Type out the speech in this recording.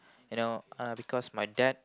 you know uh because my dad